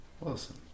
Awesome